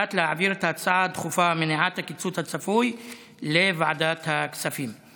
הוחלט להעביר את ההצעה הדחופה בנושא מניעת הקיצוץ הצפוי לוועדת הכספים.